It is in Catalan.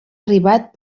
arribat